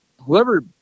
whoever